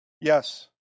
Yes